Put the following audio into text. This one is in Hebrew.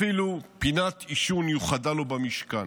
אפילו פינת עישון יוחדה לו במשכן.